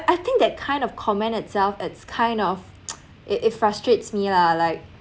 I think that kind of comment itself it's kind of it it frustrates me lah like